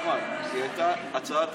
אחמד, זו הייתה הצעה טובה.